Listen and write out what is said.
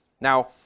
Now